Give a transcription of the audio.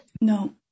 No